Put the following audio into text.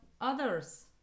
others